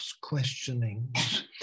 questionings